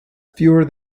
fewer